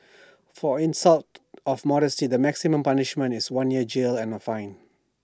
for insult of modesty the maximum punishment is one year's jail and A fine